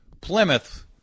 Plymouth